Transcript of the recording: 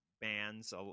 bands